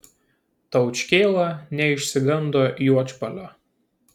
taučkėla neišsigando juodžbalio